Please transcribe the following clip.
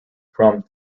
from